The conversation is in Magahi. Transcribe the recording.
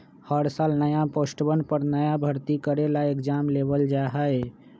हर साल नया पोस्टवन पर नया भर्ती करे ला एग्जाम लेबल जा हई